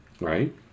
Right